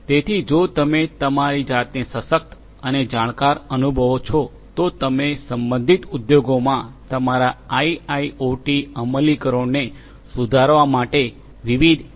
તેથી જો તમે તમારી જાતને સશક્ત અને જાણકાર અનુભવો છો તો તમે સંબંધિત ઉદ્યોગોમાં તમારા આઇઆઇઓટી અમલીકરણોને સુધારવા માટે વિવિધ એ